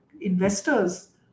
investors